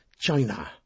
China